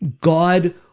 God